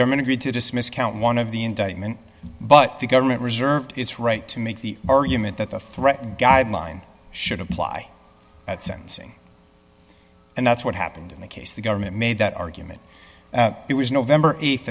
government agreed to dismiss count one of the indictment but the government reserved its right to make the argument that the threat guideline should apply at sentencing and that's what happened in the case the government made that argument it was november